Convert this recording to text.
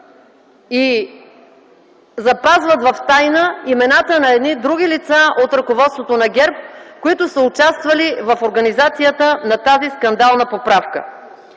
и запазват в тайна имената на едни други лица от ръководството на ГЕРБ, които са участвали в организацията на тази скандална поправка.